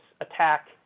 attack